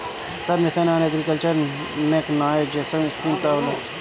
सब mission on agriculture mechanisation scheme का होला?